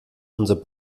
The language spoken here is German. unser